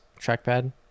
trackpad